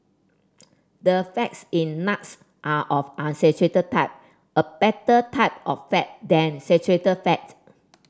the fats in nuts are of unsaturated type a better type of fat than saturated fat